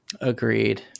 Agreed